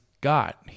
got